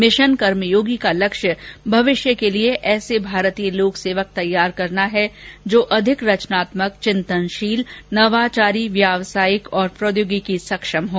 mission Karmayogi का लक्ष्य भविष्य के लिए ऐसे भारतीय लोक सेवक तैयार करना है जो अधिक रचनात्मक चिंतनशील नवाचारी व्यावसायिक और प्रौद्योगिकी सक्षम हों